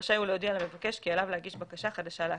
רשאי הוא להודיע למבקש כי עליו להגיש בקשה חדשה להכרה,